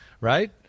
right